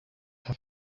have